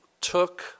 took